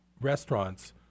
restaurants